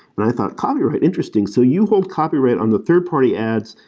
and i thought, copyright? interesting. so you hold copyright on the third party ads,